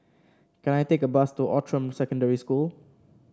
can I take a bus to Outram Secondary School